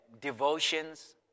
devotions